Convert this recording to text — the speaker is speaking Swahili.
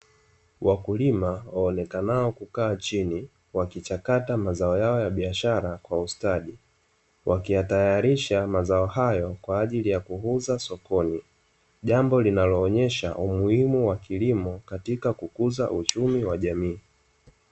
Wakulima waonekanao kukaa chini, wakichakata mazao yao ya biashara kwa ustadi, wakiyatayarisha mazao hayo kwa ajili ya kuuza sokoni. Jambo linaloonyesha umuhimu wa kilimo katika kukuza uchumi wa jamii.